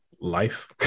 life